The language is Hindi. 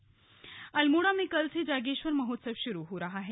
जागेश्वर महोत्सव अल्मोड़ा में कल से जागेश्वर महोत्सव शुरू हो रहा है